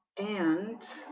and